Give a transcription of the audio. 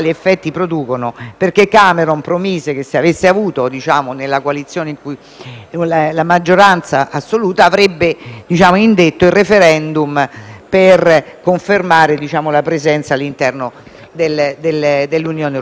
che se avesse avuto nella coalizione la maggioranza assoluta avrebbe indetto il *referendum* per confermare la presenza del Regno Unito all'interno dell'Unione europea. Il tutto sull'onda di